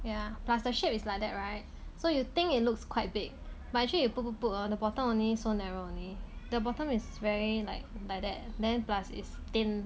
yeah plus the shape is like that right so you think it looks quite big but actually you put put put hor the bottom only so narrow only the bottom is very like like that then plus is thin